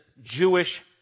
Jewish